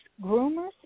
groomers